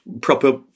proper